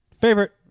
favorite